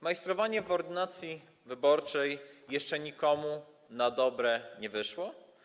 Majstrowanie w ordynacji wyborczej jeszcze nikomu na dobre nie wyszło.